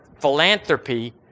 philanthropy